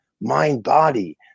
mind-body